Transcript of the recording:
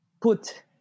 put